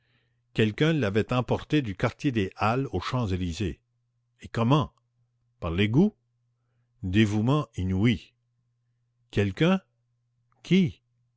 quelqu'un l'avait emporté du quartier des halles aux champs-élysées et comment par l'égout dévouement inouï quelqu'un